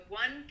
one